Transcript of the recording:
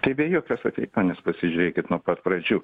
tai be jokios abejonės pasižiūrėkit nuo pat pradžių